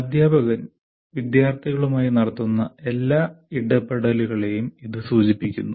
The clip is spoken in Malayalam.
അധ്യാപകർ വിദ്യാർത്ഥികളുമായി നടത്തുന്ന എല്ലാ ഇടപെടലുകളെയും ഇത് സൂചിപ്പിക്കുന്നു